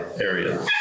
area